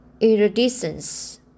iridescence